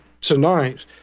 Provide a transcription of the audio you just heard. tonight